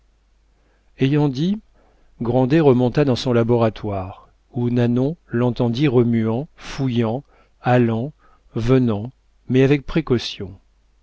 ayant dit grandet remonta dans son laboratoire où nanon l'entendit remuant fouillant allant venant mais avec précaution